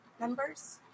Members